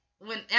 Whenever